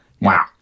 Wow